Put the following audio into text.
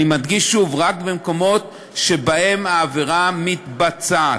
אני מדגיש שוב, רק במקומות שבהם העבירה מתבצעת.